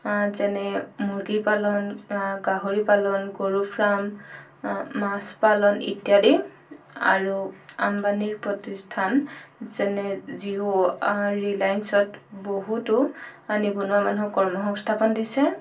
যেনে মূৰ্গী পালন গাহৰি পালন গৰু ফ্ৰাম মাছ পালন ইত্যাদি আৰু আম্বানিৰ প্ৰতিষ্ঠান যেনে জিঅ' ৰিলায়েন্সত বহুতো নিবনুৱা মানুহক কৰ্ম সংস্থাপন দিছে